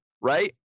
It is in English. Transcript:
right